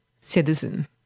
citizen